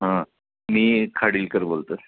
हां मी खाडीलकर बोलतो